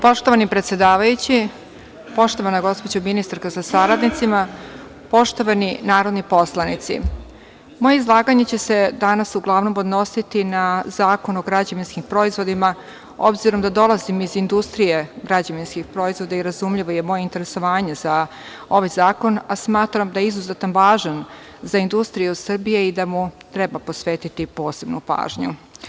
Poštovani predsedavajući, poštovana gospođo ministarka sa saradnicima, poštovani narodni poslanici, moje izlaganje će se danas uglavnom odnositi na Zakon o građevinskim proizvodima, obzirom da dolazim iz industrije građevinskih proizvoda, i razumljivo je moje interesovanje za ovaj zakon, a smatram da je izuzetno važan za industriju Srbije i da mu treba posvetiti posebnu pažnju.